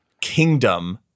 kingdom